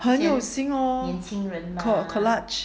很有心哦 co~ collage